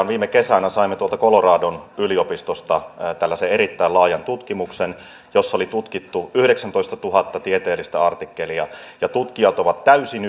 viime kesänä saimme tuolta coloradon yliopistosta tällaisen erittäin laajan tutkimuksen jossa oli tutkittu yhdeksäntoistatuhatta tieteellistä artikkelia ja tutkijat ovat täysin